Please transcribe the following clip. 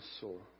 soul